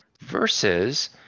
versus